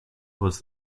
was